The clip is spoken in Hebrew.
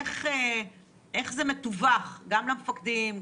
איך זה מדווח גם למפקדים,